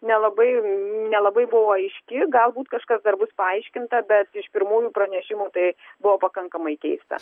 nelabai nelabai buvo aiški galbūt kažkas dar bus paaiškinta bet iš pirmųjų pranešimų tai buvo pakankamai keista